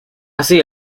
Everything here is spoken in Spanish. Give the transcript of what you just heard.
así